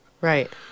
Right